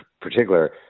particular